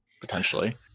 potentially